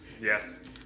Yes